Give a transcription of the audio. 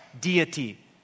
deity